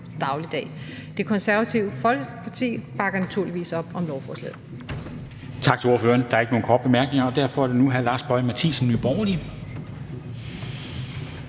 dagligdag. Det Konservative Folkeparti bakker naturligvis op om lovforslaget.